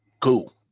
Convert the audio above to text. cool